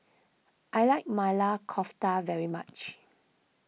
I like Maili Kofta very much